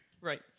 Right